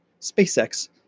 SpaceX